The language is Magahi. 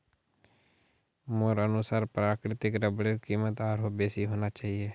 मोर अनुसार प्राकृतिक रबरेर कीमत आरोह बेसी होना चाहिए